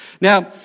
Now